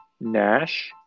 Nash